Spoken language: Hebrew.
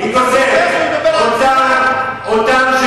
מי גוזל?